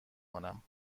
کنم